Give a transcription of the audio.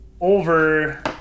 over